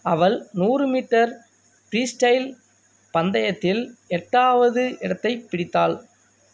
அவள் நூறு metre freestyle பந்தயத்தில் எட்டாவது இடத்தைப் பிடித்தாள்